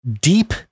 deep